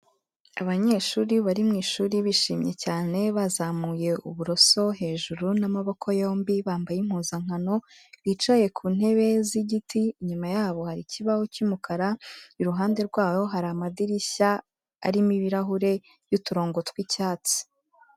Abanyeshuri bari mu ishuri bishimye cyane bazamuye uburoso hejuru n'amaboko yombi, bambaye impuzankano, bicaye ku ntebe z'igiti, inyuma yabo hari ikibaho cy'umukara, iruhande rwaho hari amadirishya arimo ibirahure y'uturongo tw'icyatsi.